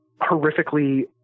horrifically